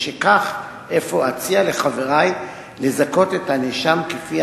משכך אציע אפוא לחברי לזכות את הנאשם כפי